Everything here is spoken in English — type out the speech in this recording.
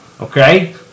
Okay